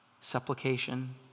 Supplication